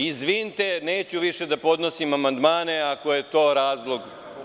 Izvinite, neću više da podnosim amandmane ako je to razlog.